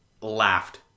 laughed